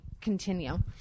continue